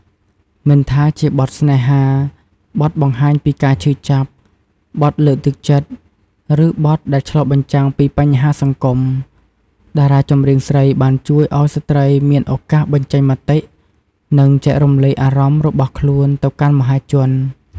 មិនថាជាបទស្នេហា បទបង្ហាញពីការឈឺចាប់ បទលើកទឹកចិត្ត ឬបទដែលឆ្លុះបញ្ចាំងពីបញ្ហាសង្គម តារាចម្រៀងស្រីបានជួយឱ្យស្ត្រីមានឱកាសបញ្ចេញមតិ និងចែករំលែកអារម្មណ៍របស់ខ្លួនទៅកាន់មហាជន។